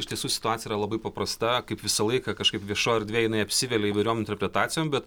iš tiesų situacija yra labai paprasta kaip visą laiką kažkaip viešoj erdvėj jinai apsivelia įvairiom interpretacijom bet